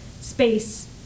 space